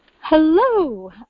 Hello